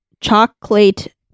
chocolate